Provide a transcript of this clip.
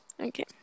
Okay